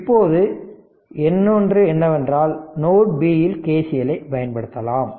இப்போது இன்னொன்று என்னவென்றால் நோடு B இல் KCLஐ பயன்படுத்தலாம்